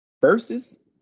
Versus